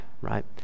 right